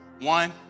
One